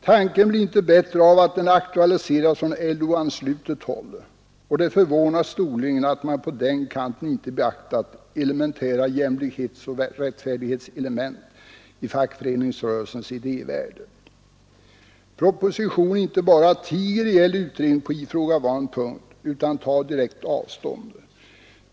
Tanken blir inte bättre av att den aktualiserats från LO-anslutet håll, och det förvånar storligen att man på den kanten inte beaktat elementära jämlikhetsoch rättfärdighetselement i fackföreningsrörelsens idévärld. Propositionen inte bara tiger ihjäl utredningen på ifrågavarande punkt utan tar direkt avstånd.